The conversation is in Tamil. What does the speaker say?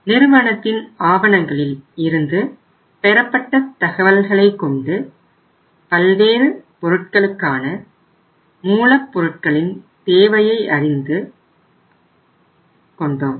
நிறுவனத்தின் ஆவணங்களில் இருந்து பெறப்பட்ட தகவல்களை கொண்டு பல்வேறு பொருட்களுக்கான மூலப்பொருட்களின் தேவையை அறிந்து கொண்டோம்